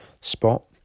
spot